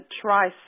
try